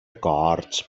cohorts